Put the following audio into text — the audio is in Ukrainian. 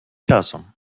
часом